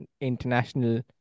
international